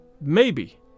Maybe